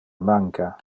manca